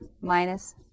minus